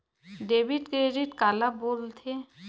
Debit credit काला बोल थे?